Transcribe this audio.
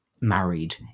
married